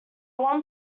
one